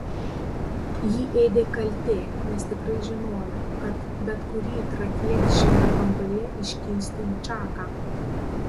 jį ėdė kaltė nes tikrai žinojo kad bet kurį trakietį šiame kambaryje iškeistų į čaką